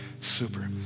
super